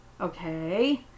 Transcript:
okay